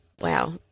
Wow